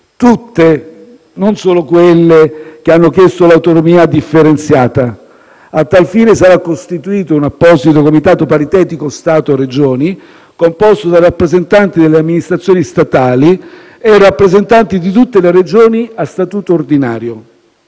(tutte, non solo quelle che hanno chiesto l'autonomia differenziata). A tal fine, sarà costituito un apposito comitato paritetico Stato-Regioni composto da rappresentanti delle amministrazioni statali e rappresentanti di tutte le Regioni a Statuto ordinario.